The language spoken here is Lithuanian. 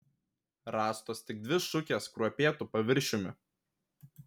rastos tik dvi šukės kruopėtu paviršiumi